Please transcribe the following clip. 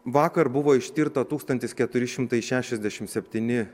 vakar buvo ištirta tūkstantis keturi šimtai šešiasdešim septyni